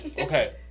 okay